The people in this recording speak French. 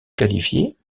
qualifiées